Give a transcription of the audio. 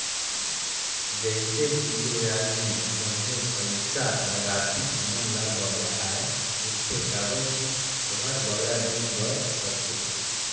जइसे पूंजी बजार में जमने पइसा लगाथें ओमन ल बगरा आय मिलथे काबर कि ओहर बगरा दिन बर रहथे